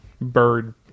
bird